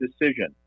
decision